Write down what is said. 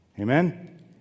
Amen